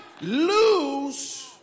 lose